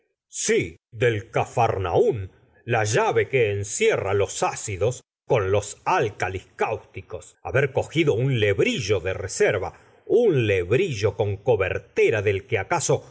si del capharnatm la llave que encierra los ácidos con los álcalis cáusticos haber cogido un lebrillo de reserva un lebrillo con cobertera del que acaso